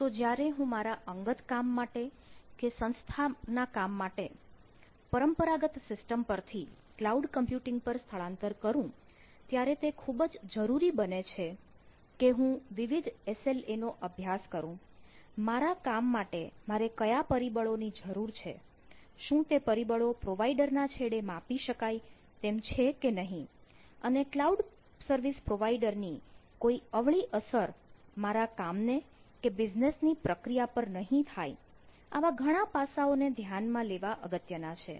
તો જ્યારે હું મારા અંગત કામ માટે કે સંસ્થાના કામ માટે પરંપરાગત સિસ્ટમ પરથી ક્લાઉડ કમ્પ્યુટિંગ પર સ્થળાંતર કરું ત્યારે તે ખુબ જ જરૂરી બને છે તે હું વિવિધ એસ એલ એ નો અભ્યાસ કરું મારા કામ માટે મારે કયા પરિબળો ની જરૂર છે શું તે પરિબળો પ્રોવાઇડર ના છેડે માપી શકાય તેમ છે કે નહીં અને ક્લાઉડ સર્વિસ પ્રોવાઇડરની કોઇ અવળી અસર મારા કામ ને કે બિઝનેસની પ્રક્રિયા પર નહીં થાય આવા ઘણા પાસાઓ ને ધ્યાનમાં લેવા અગત્યના છે